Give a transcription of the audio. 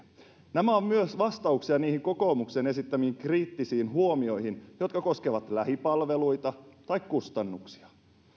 nämä ovat myös vastauksia niihin kokoomuksen esittämiin kriittisiin huomioihin jotka koskevat lähipalveluita tai kustannuksia